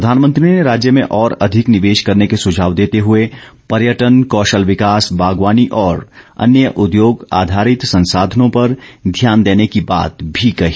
प्रधानमंत्री ने राज्य में और ॅअधिक निवेश करने के सुझाव देते हुए पर्यटन कौशल विकास बागवानी और अन्य उद्योग आधारित संसाधनों पर ध्यान देने की बात भी कही